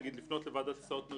מנהל מינהל פיתוח - למה הכוונה?